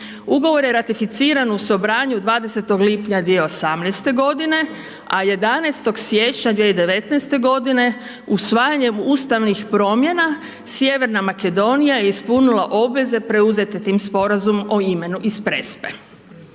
Ugovor je ratificiran u Sobranju 20. lipnja 2018. godine, a 11. siječnja 2019. godine usvajanjem ustavnih promjena Sjeverna Makedonija je ispunila obveze preuzete tim sporazumom o imenu iz Prespe.